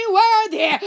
worthy